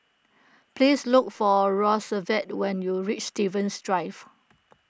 please look for Roosevelt when you reach Stevens Drive